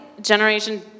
generation